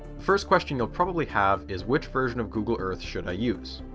first question you'll probably have is which version of google earth should i use?